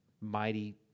mighty